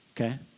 okay